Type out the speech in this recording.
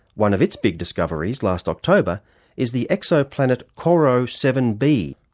one of its big discoveries last october is the exoplanet corot seven b,